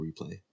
replay